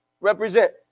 represent